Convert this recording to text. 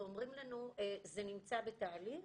ואומרים לנו זה נמצא בתהליך,